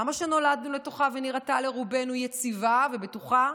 שנולדנו לתוכה ונראתה לרובנו יציבה ובטוחה,